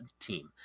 team